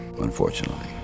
unfortunately